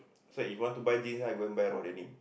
so if want buy this right go and buy raw denim